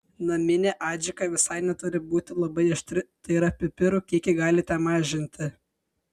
naminė adžika visai neturi būti labai aštri tai yra pipirų kiekį galite mažinti